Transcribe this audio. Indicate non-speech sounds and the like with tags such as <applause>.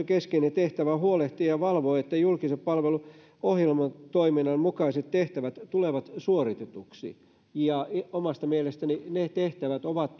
<unintelligible> keskeinen tehtävä on huolehtia ja valvoa että julkisen palvelun ohjelmatoiminnan mukaiset tehtävät tulevat suoritetuiksi omasta mielestäni ne tehtävät ovat <unintelligible>